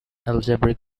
algebraic